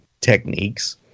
techniques